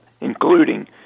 including